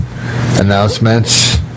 announcements